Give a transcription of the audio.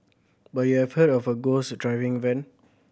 but you have heard of a ghost driving van